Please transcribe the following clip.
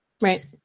Right